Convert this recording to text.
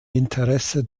interesse